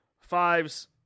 fives